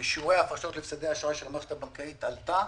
ששיעורי ההפרשות להפסדי האשראי של המערכת הבנקאית עלתה